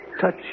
touch